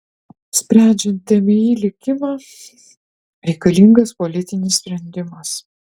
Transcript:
sprendžiant tmi likimą reikalingas politinis sprendimas